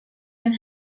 can